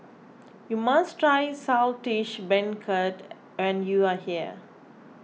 you must try Saltish Beancurd when you are here